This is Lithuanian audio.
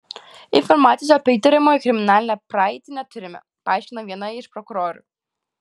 informacijos apie įtariamojo kriminalinę praeitį neturime paaiškino viena iš prokurorių